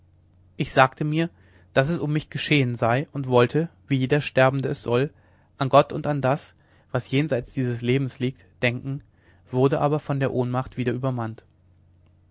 ich sagte mir daß es um mich geschehen sei und wollte wie jeder sterbende es soll an gott und das was jenseits dieses lebens liegt denken wurde aber von der ohnmacht wieder übermannt